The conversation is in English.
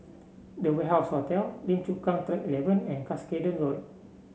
The Warehouse Hotel Lim Chu Kang Track Eleven and Cuscaden Road